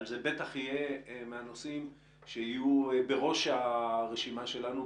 שהנושא הזה בטח יהיה מהנושאים שיהיו בראש הרשימה שלנו,